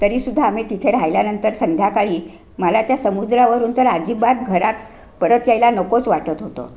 तरी सुद्धा आम्ही तिथे राहिल्यानंतर संध्याकाळी मला त्या समुद्रावरून तर अजिबात घरात परत यायला नकोच वाटत होतं